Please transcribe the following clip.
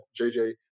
JJ